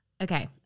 okay